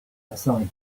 outside